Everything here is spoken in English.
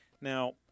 Now